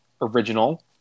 original